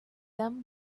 them